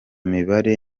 mibare